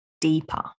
deeper